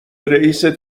رئیست